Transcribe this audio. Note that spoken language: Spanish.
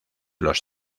los